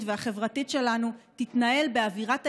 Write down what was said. והחברתית שלנו תתנהל באווירת האיומים,